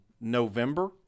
November –